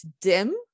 dim